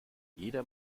jeder